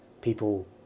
people